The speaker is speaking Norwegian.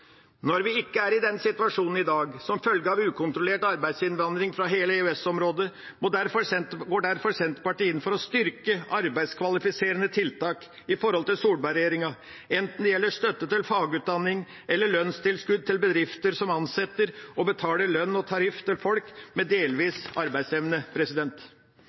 Når vi ikke er i den situasjonen i dag, som følge av ukontrollert arbeidsinnvandring fra hele EØS-området, går derfor Senterpartiet inn for å styrke arbeidskvalifiserende tiltak, i forhold til Solberg-regjeringa – enten det gjelder støtte til fagutdanning eller lønnstilskudd til bedrifter som ansetter og betaler lønn og tariff til folk med delvis arbeidsevne.